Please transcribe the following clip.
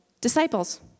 disciples